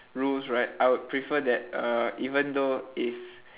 rules right I would prefer that uh even though if